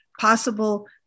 possible